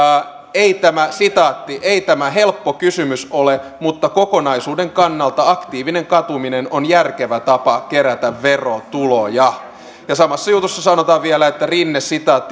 ei tämä helppo kysymys ole mutta kokonaisuuden kannalta aktiivinen katuminen on järkevä tapa kerätä verotuloja ja samassa jutussa sanotaan vielä että rinne